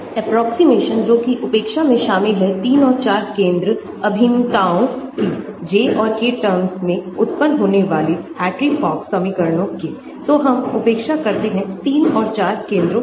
approximation जोकि उपेक्षा में शामिल हैं 3 और 4 केंद्र अभिन्नताओं की J और K terms में उत्पन्न होने वाली हार्ट्री फॉक समीकरणों केतो हमउपेक्षा करते हैं 3 और 4 केंद्रों की